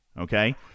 Okay